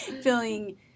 feeling